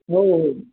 हो हो